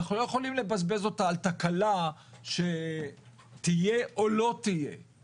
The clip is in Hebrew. אנחנו לא יכולים לבזבז אותה על תקלה שתהיה או לא תהיה.